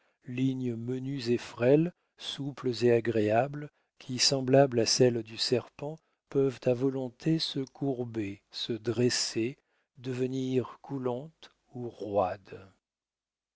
lignes menues et frêles souples et agréables qui semblables à celles du serpent peuvent à volonté se courber se dresser devenir coulantes ou roides